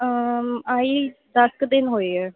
ਆਹੀ ਦਸ ਕੁ ਦਿਨ ਹੋਏ ਹੈ